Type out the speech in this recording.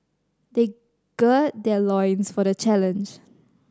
they gird their loins for the challenge